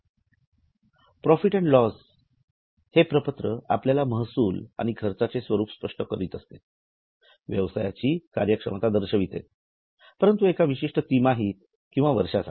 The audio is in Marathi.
प्रॉफिट अँड लॉस हे प्रपत्र आपल्या महसूल आणि खर्चाचे स्वरूप स्पष्ट करत असते व्यवसायाची कार्यक्षमता दर्शविते परंतु एका विशिष्ट तिमाहीत किंवा वर्षासाठी